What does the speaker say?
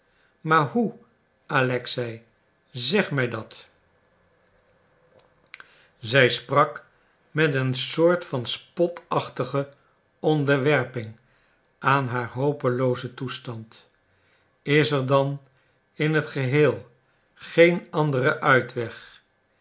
maar hoe alexei zeg mij dat zij sprak dat met een soort van spotachtige onderwerping aan haar hopeloozen toestand is er dan in het geheel geen andere uitweg